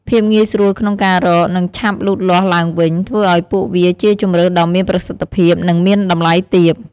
ភាពងាយស្រួលក្នុងការរក និងឆាប់លូតលាស់ឡើងវិញ ធ្វើឱ្យពួកវាជាជម្រើសដ៏មានប្រសិទ្ធភាព និង មានតម្លៃទាប។